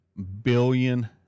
billion